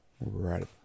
Right